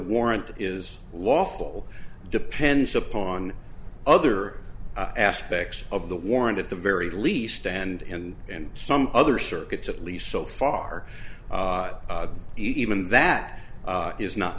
warrant is lawful depends upon other aspects of the warrant at the very least and in some other circuits at least so far even that is not